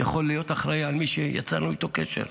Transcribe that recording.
יכול להיות אחראי למי שיצרנו איתו קשר,